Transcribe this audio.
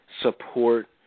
support